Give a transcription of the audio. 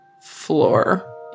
floor